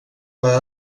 per